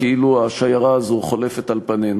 כאילו השיירה הזאת חולפת על פנינו.